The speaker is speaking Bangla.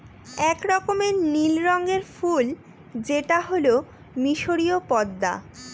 এক রকমের নীল রঙের ফুল যেটা হল মিসরীয় পদ্মা